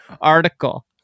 article